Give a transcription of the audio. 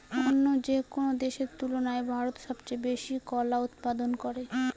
অন্য যেকোনো দেশের তুলনায় ভারত সবচেয়ে বেশি কলা উৎপাদন করে